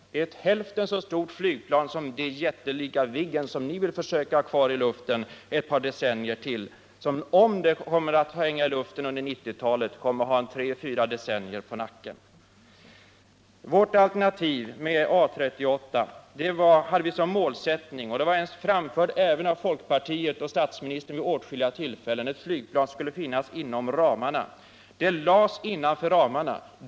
Det är ett hälften så stort flygplan som det jättelika Viggen, som ni vill försöka ha kvar i luften ett par decennier till och som på 1990-talet kommer att ha tre fyra decennier på nacken. Vårt alternativ var A 38. Vi hade som målsättning — och den framfördes även av folkpartiet och statsministern vid åtskilliga tillfällen — ett flygplan som skulle rymmas inom ramarna. Det rymdes också inom ramarna då det föreslogs.